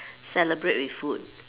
celebrate with food